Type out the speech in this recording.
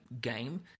game